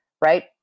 right